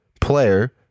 player